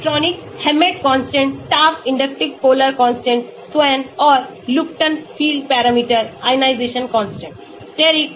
electronic Hammett constants Tafts inductive polar constants Swain और Lupton field parameter ionization constant